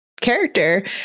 character